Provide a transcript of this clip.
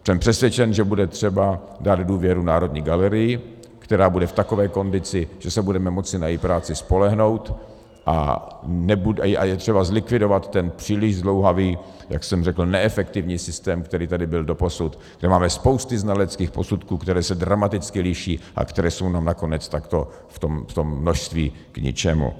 Jsem přesvědčen, že bude třeba dát důvěru Národní galerii, která bude v takové kondici, že se budeme moci na její práci spolehnout, a je třeba zlikvidovat ten příliš zdlouhavý, jak jsem řekl, neefektivní systém, který tady byl doposud, kde máme spousty znaleckých posudků, které se dramaticky liší a které jsou nám nakonec takto v tom množství k ničemu.